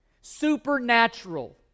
supernatural